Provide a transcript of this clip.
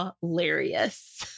hilarious